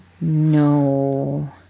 No